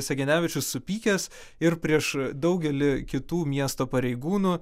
segenevičius supykęs ir prieš daugelį kitų miesto pareigūnų